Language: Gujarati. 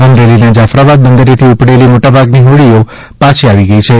અમરેલીના જાફરાબાદ બંદરેથી ઉપડેલી મોટાભાગની હોડી પાછી આવી છે